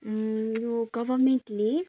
गभर्मेन्टले